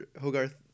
Hogarth